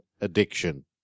addiction